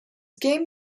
game